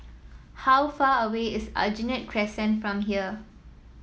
how far away is Aljunied Crescent from here